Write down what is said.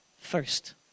first